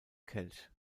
kelch